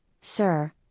sir